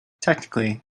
technically